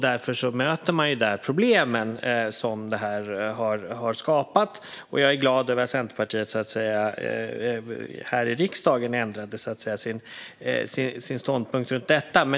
Därför möter man där problemen som det här har skapat, och jag är glad över att Centerpartiet här i riksdagen ändrade sin ståndpunkt rörande detta.